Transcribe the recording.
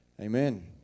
Amen